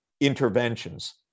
interventions